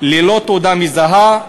ללא תעודה מזהה,